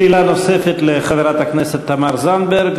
שאלה נוספת לחברת הכנסת תמר זנדברג,